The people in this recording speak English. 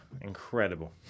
Incredible